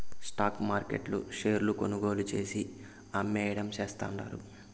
stock మార్కెట్ల షేర్లు కొనుగోలు చేసి, అమ్మేయడం చేస్తండారు